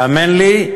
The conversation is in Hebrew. והאמן לי,